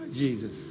Jesus